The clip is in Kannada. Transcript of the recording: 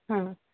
ಹಾಂ